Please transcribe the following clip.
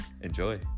enjoy